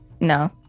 No